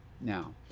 Now